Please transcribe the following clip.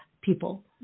people